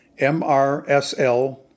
MRSL